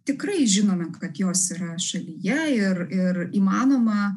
tikrai žinome kad jos yra šalyje ir ir įmanoma